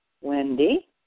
Wendy